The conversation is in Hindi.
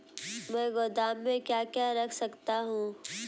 मैं गोदाम में क्या क्या रख सकता हूँ?